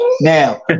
Now